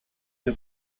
que